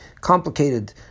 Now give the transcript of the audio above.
complicated